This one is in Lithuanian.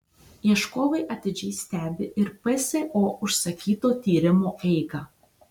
ieškovai atidžiai stebi ir pso užsakyto tyrimo eigą